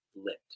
lit